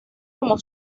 como